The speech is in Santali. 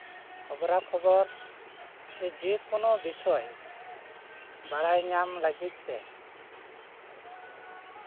ᱠᱷᱚᱵᱽᱨᱟ ᱠᱷᱚᱵᱚᱨ ᱥᱮ ᱡᱮᱠᱳᱱᱳ ᱵᱤᱥᱚᱭ ᱵᱟᱲᱟᱭ ᱧᱟᱢ ᱞᱟᱹᱜᱤᱫ ᱛᱮ